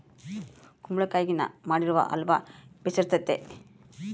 ಕುಂಬಳಕಾಯಗಿನ ಮಾಡಿರೊ ಅಲ್ವ ಬೆರ್ಸಿತತೆ